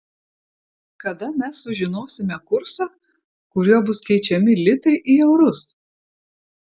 kada mes sužinosime kursą kuriuo bus keičiami litai į eurus